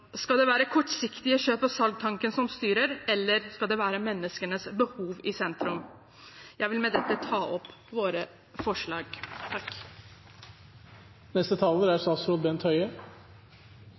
Skal det være den kortsiktige kjøp-og-salg-tanken som styrer, eller skal menneskenes behov være i sentrum? Jeg viser til det justerte forslaget som er